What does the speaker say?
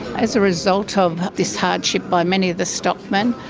as a result of this hardship by many the stockmen,